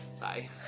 Bye